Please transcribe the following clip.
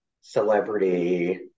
celebrity